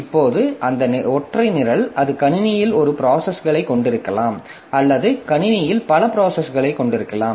இப்போது அந்த ஒற்றை நிரல் அது கணினியில் ஒரு ப்ராசஸைக் கொண்டிருக்கலாம் அல்லது கணினியில் பல ப்ராசஸ்களைக் கொண்டிருக்கலாம்